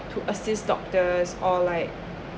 to assist doctors or like